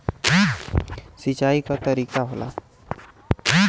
सिंचाई क तरीका होला